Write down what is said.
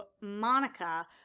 Monica